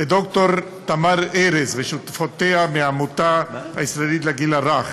לד"ר תמר ארז ושותפותיה מהעמותה הישראלית לגיל הרך,